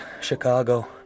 Chicago